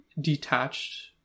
detached